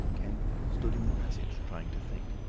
kemp stood in the passage trying to think.